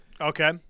Okay